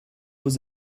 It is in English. was